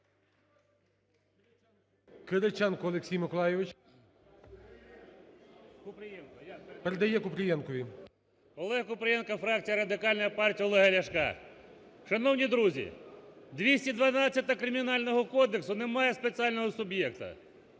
Олег Купрієнко, фракція Радикальної партії Олега Ляшка. Шановні друзі, 212-а Кримінального кодексу не має спеціального суб'єкту,